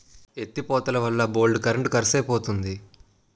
ఎత్తి పోతలవల్ల బోల్డు కరెంట్ కరుసైపోతంది